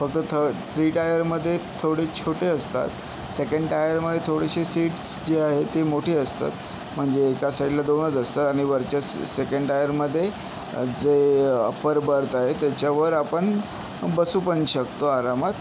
फक्त third three टायरमध्ये थोडे छोटे असतात सेकंड टायरमध्ये थोडेसे सीट्स जे आहेत ते मोठे असतात म्हणजे एका साईडला दोनच असतात आणि वरच्या स सेकंड टायरमध्ये जे अप्परबर्थ आहे त्याच्यावर आपण बसू पण शकतो आरामात